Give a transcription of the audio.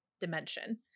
dimension